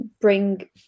bring